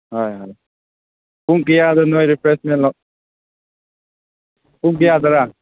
ꯍꯣꯏ ꯍꯣꯏ ꯄꯨꯡ ꯀꯌꯥꯗꯅꯣ ꯔꯤꯐ꯭ꯔꯦꯁꯃꯦꯟꯗꯣ ꯄꯨꯡ ꯀꯌꯥꯗꯔꯥ